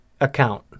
account